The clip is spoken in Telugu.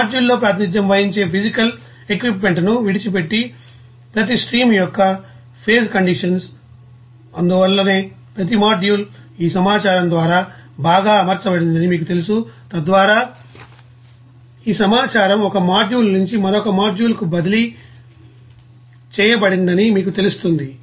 మాడ్యూల్ లో ప్రాతినిధ్యం వహించే ఫిసికల్ ఎక్విప్మెంట్ ను విడిచిపెట్టే ప్రతి స్ట్రీమ్ యొక్క ఫేజ్ కండిషన్స్ అందువల్లనే ప్రతి మాడ్యూల్ ఈ సమాచారం ద్వారా బాగా అమర్చబడిందని మీకు తెలుసు తద్వారా ఈ సమాచారం ఒక మాడ్యూల్ నుంచి మరో మాడ్యూల్ కు బదిలీ చేయబడిందని మీకు తెలుస్తుంది